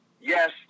yes